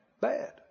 Bad